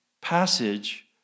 passage